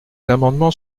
amendements